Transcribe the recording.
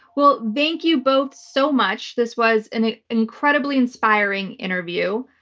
well, thank you both so much. this was an incredibly inspiring interview.